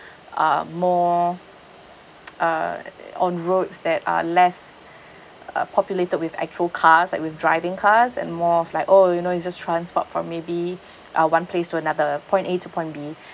uh more uh on roads that are less uh populated with actual cars like with driving cars and more of like oh you know you just transport for maybe uh one place to another point A to point B